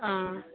ஆ